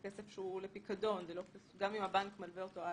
אחת הסיבות שרצינו גם את החוק וגם את הצו הזה היא כדי לייצר